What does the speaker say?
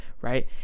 right